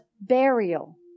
burial